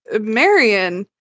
Marion